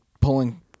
pulling